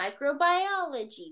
microbiology